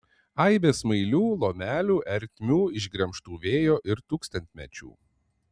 aibė smailių lomelių ertmių išgremžtų vėjo ir tūkstantmečių